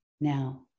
now